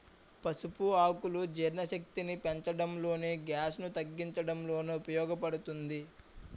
పసుపు ఆకులు జీర్ణశక్తిని పెంచడంలోను, గ్యాస్ ను తగ్గించడంలోనూ ఉపయోగ పడుతుంది